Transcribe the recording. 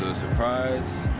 ah surprise